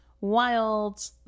wild